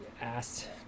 asked